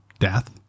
death